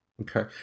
Okay